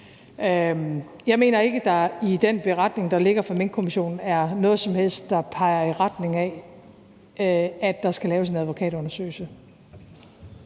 Jeg mener ikke, at der i den beretning, der ligger fra Minkkommissionen, er noget som helst, der peger i retning af, at der skal laves en advokatundersøgelse.